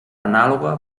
anàloga